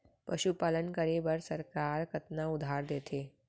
पशुपालन करे बर सरकार कतना उधार देथे?